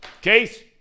Case